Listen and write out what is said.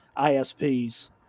ISPs